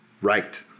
Right